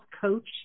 coach